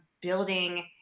building